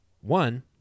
One